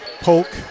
Polk